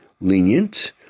lenient